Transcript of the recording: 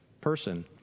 person